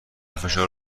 فشار